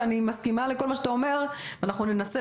אני מסכימה לכל מה שאתה אומר ואנחנו ננסה